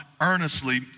earnestly